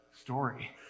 story